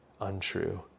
untrue